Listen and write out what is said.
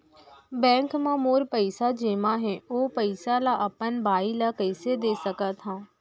Bank म मोर पइसा जेमा हे, ओ पइसा ला अपन बाई ला कइसे दे सकत हव?